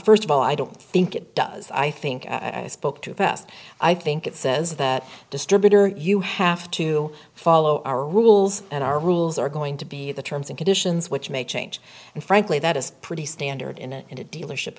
st of all i don't think it does i think i spoke too fast i think it says that distributor you have to follow our rules and our rules are going to be the terms and conditions which may change and frankly that is pretty standard in a in a dealership